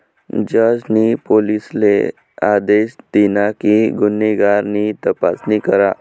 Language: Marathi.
जज नी पोलिसले आदेश दिना कि गुन्हेगार नी तपासणी करा